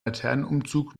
laternenumzug